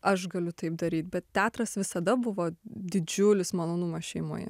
aš galiu taip daryti bet teatras visada buvo didžiulis malonumas šeimoje